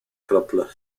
krople